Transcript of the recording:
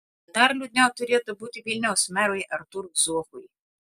dar liūdniau turėtų būti vilniaus merui artūrui zuokui